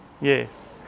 Yes